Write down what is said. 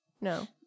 No